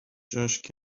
جاش